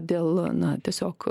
dėl na tiesiog